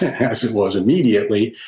as it was immediately,